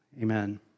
Amen